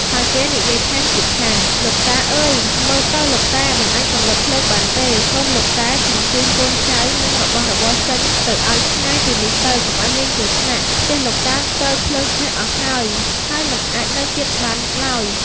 ហើយគេនិយាយថែមទៀតថា លោកតា អើយ! មើលទៅលោកតាមិនអាចពន្លត់ភ្លើងបានទេ សូមលោកតាជញ្ជូនកូនចៅ និង របស់របរចេញទៅឱ្យឆ្ងាយពីនេះទៅ កុំឱ្យមានគ្រោះថ្នាក់ ផ្ទះលោកតាត្រូវភ្លើងឆេះអស់ហើយ ហើយមិនអាចនៅទៀតបានឡើយ។